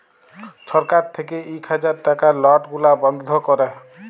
ছরকার থ্যাইকে ইক হাজার টাকার লট গুলা বল্ধ ক্যরে